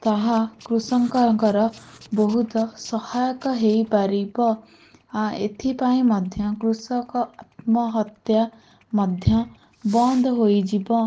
ତାହା କୃଷକଙ୍କର ବହୁତ ସହାୟକ ହେଇପାରିବ ଏଥିପାଇଁ ମଧ୍ୟ କୃଷକ ଆତ୍ମହତ୍ୟା ମଧ୍ୟ ବନ୍ଦ ହୋଇଯିବ